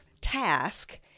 task